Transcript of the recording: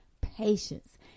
patience